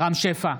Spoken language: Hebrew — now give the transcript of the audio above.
רם שפע,